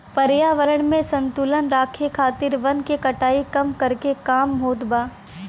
पर्यावरण में संतुलन राखे खातिर वन के कटाई कम करके काम होत बा